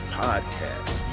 podcast